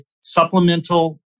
supplemental